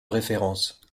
référence